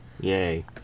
Yay